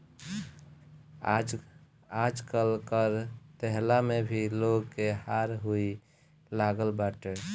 आजकल कर देहला में भी लोग के हारा हुसी लागल बाटे